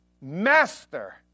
Master